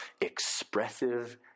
expressive